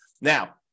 now